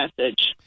message